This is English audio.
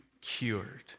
cured